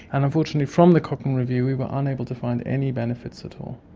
and unfortunately from the cochrane review we were unable to find any benefits at all.